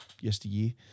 yesteryear